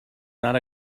not